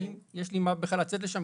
האם יש לי בכלל מה לצאת לשם,